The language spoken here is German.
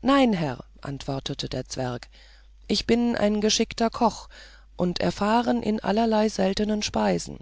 nein herr antwortete der zwerg ich bin ein geschickter koch und erfahren in allerlei seltenen speisen